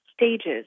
stages